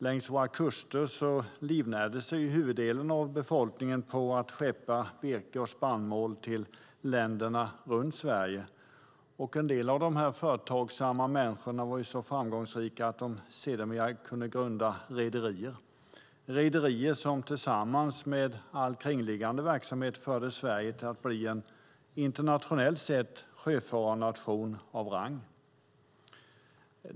Längs våra kuster livnärde sig huvuddelen av befolkningen på att skeppa virke och spannmål till länderna runt Sverige. En del av dessa företagsamma människor var så framgångsrika att de sedermera kunde grunda rederier som tillsammans med all kringliggande verksamhet gjorde att Sverige blev en sjöfararnation av rang internationellt sett.